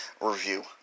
review